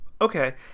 Okay